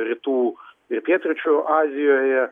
rytų ir pietryčių azijoje